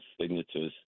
signatures